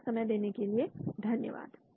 अपना समय देने के लिए धन्यवाद